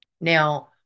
now